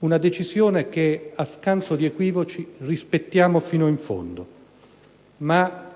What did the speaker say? Una decisione che, a scanso di equivoci, rispettiamo fino in fondo, ma